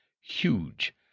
huge